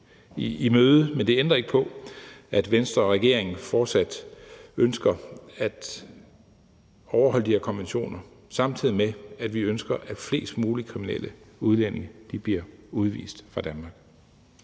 i møde, men det ændrer ikke på, at Venstre og regeringen fortsat ønsker at overholde de her konventioner, samtidig med at vi ønsker, at flest mulige kriminelle udlændinge bliver udvist fra Danmark.